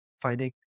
finding